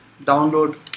download